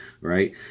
right